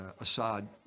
Assad